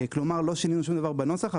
כלומר לא שינינו שום דבר בנוסח,